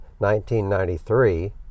1993